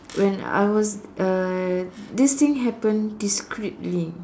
when I was uh this thing happened discreetly